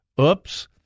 Oops